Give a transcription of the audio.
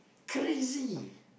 crazy